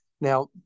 Now